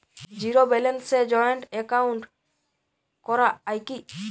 Zero ব্যালেন্সে joint account করা য়ায় কি?